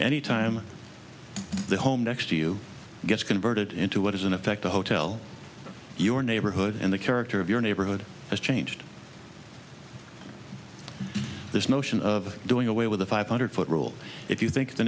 any time the home next to you gets converted into what is in effect a hotel in your neighborhood and the character of your neighborhood has changed this notion of doing away with the five hundred foot rule if you think the